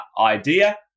idea